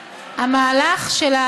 המהלך,